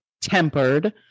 tempered